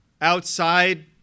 outside